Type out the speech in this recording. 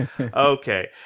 Okay